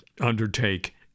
undertake